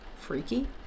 freaky